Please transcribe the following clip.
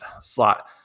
slot